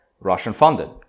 Russian-funded